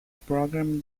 program